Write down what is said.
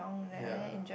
ya